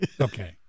Okay